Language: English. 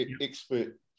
expert